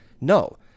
No